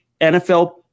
NFL